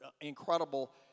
incredible